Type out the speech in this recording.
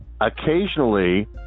Occasionally